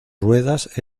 ruedas